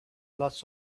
lots